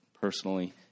personally